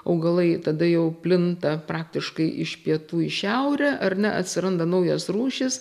augalai tada jau plinta praktiškai iš pietų į šiaurę ar ne atsiranda naujos rūšys